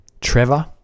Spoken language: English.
Trevor